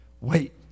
Wait